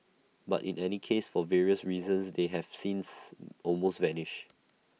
but in any case for various reasons they have since almost vanished